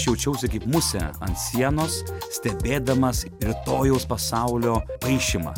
aš jaučiausi kaip musė ant sienos stebėdamas rytojaus pasaulio paišymą